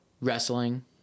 wrestling